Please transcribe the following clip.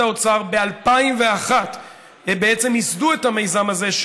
האוצר ב-2001 בעצם ייסדו את המיזם הזה,